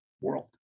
world